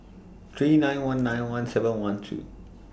three nine one nine one seven one two